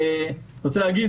אני רוצה להגיד